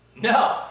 no